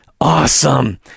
Awesome